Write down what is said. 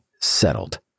settled